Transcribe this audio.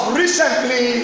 recently